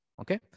Okay